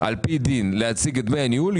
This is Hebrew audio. פי דין נדרש להציג את דמי הניהול,